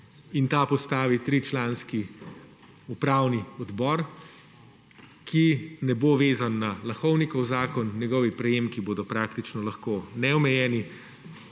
in ta postavi 3-članski upravni odbor, ki ne bo vezan na Lahovnikov zakon, njegovi prejemki bodo praktično lahko neomejeni.